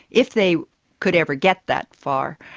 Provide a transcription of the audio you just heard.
if they could ever get that far,